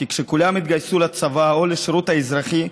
כי כשכולם יתגייסו לצבא או לשירות האזרחי,